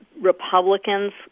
Republicans